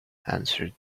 answered